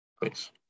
please